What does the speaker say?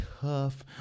tough